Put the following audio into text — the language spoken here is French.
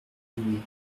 vignes